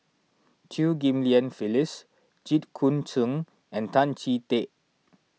Chew Ghim Lian Phyllis Jit Koon Ch'ng and Tan Chee Teck